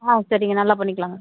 ஆ சரிங்க நல்லா பண்ணிக்கலாங்க